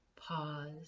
pause